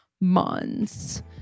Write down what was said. months